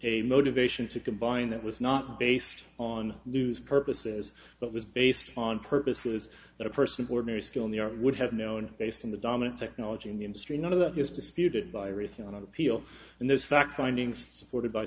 a motivation to combine that was not based on news purposes but was based on purposes that a person of ordinary skill in the art would have known based on the dominant technology in the industry none of that is disputed by everything on appeal and this fact findings supported by